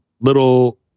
little